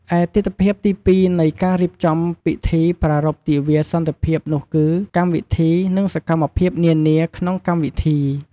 ឯទិដ្ឋភាពទីពីរនៃការរៀបចំពិធីប្រារព្ធទិវាសន្តិភាពនោះគឺកម្មវិធី និងសកម្មភាពនានាក្នុងកម្មវិធី។